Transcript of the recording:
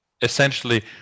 essentially